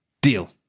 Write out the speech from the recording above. deal